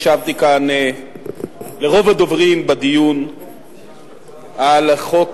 הקשבתי כאן לרוב הדוברים בדיון על חוק